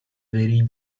very